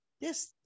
yes